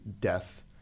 death